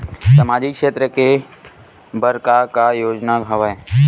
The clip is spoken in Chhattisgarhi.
सामाजिक क्षेत्र के बर का का योजना हवय?